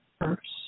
first